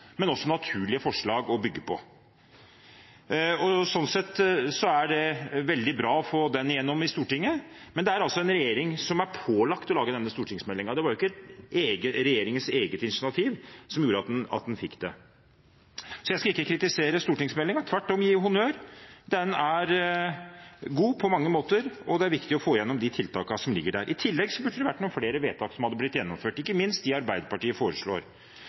men også naturlige forslag å bygge på. Sånn sett er det veldig bra å få den igjennom i Stortinget. Men det er altså en regjering som er pålagt å lage denne stortingsmeldingen. Det var ikke regjeringens eget initiativ som gjorde at vi fikk den. Jeg skal ikke kritisere stortingsmeldingen, men tvert om gi honnør. Den er god på mange måter, og det er viktig å få igjennom de tiltakene som ligger der. I tillegg burde det vært gjennomført noen flere vedtak, ikke minst dem Arbeiderpartiet foreslår.